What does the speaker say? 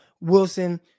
Wilson